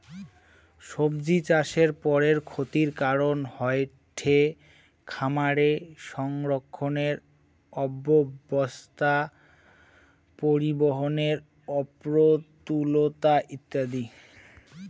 সব্জিচাষের পরের ক্ষতির কারন হয়ঠে খামারে সংরক্ষণের অব্যবস্থা, পরিবহনের অপ্রতুলতা ইত্যাদি